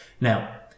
Now